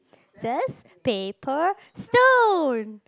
scissors paper stone